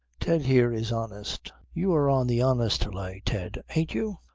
ted here is honest. you are on the honest lay, ted, ain't you?